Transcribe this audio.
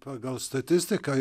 pagal statistiką